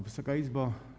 Wysoka Izbo!